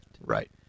Right